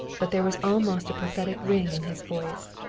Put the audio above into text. but there was almost a prophetic ring in his voice.